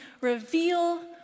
reveal